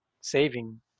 saving